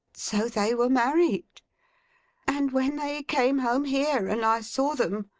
so they were married and when they came home here, and i saw them,